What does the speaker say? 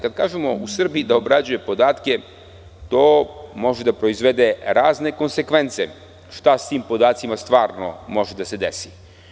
Kad kažemo u Srbiji da obrađuje podatke to može da proizvede razne konsekvence - šta sa tim podacima stvarno može da se desi?